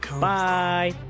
Bye